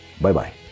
Bye-bye